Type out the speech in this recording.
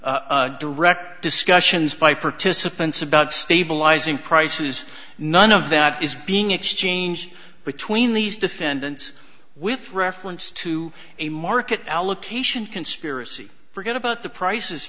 motive direct discussions by participants about stabilizing prices none of that is being exchanged between these defendants with reference to a market allocation conspiracy forget about the prices